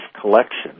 collection